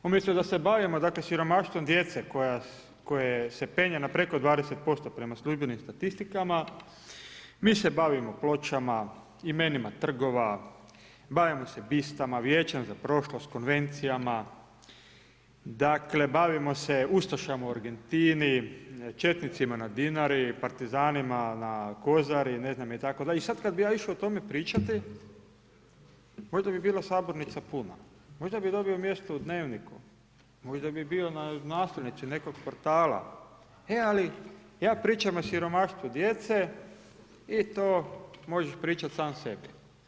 Umjesto da se bavimo siromaštvom djece koje se penje na preko 20% prema službenim statistikama, mi se bavimo pločama, imenima trgova, bavimo se bistama, vijećem za prošlost, konvencijama, bavimo se ustašama u Argentini, četnicima na Dinari, partizanima na Kozari, ne znam, itd., i sad kad bi ja išao o tome pričati možda bi bila sabornica puna, možda bi dobio mjesto u dnevniku, možda bi bilo na naslovnici nekog portala, ali ja pričam o siromaštvu djece i to možeš pričati sam sebi.